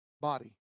body